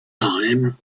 time